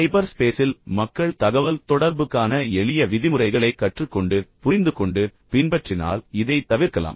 சைபர்ஸ்பேஸில் மக்கள் தகவல்தொடர்புக்கான எளிய விதிமுறைகளைக் கற்றுக் கொண்டு புரிந்துகொண்டு பின்பற்றினால் இதைத் தவிர்க்கலாம்